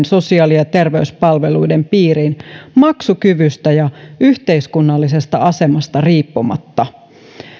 sosiaali ja terveyspalveluiden piiriin maksukyvystä ja yhteiskunnallisesta asemasta riippumatta